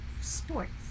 Sports